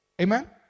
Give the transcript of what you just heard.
Amen